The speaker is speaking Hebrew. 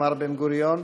אמר בן-גוריון,